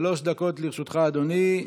שלוש דקות לרשותך, אדוני.